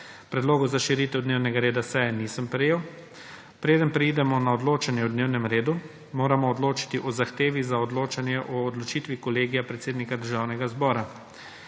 predlogu za širitev dnevnega reda seje nisem prejel. Preden preidemo na odločanje o dnevnem redu moramo odločiti o zahtevi za odločanje o odločitvi Kolegija predsednika Državnega zbora.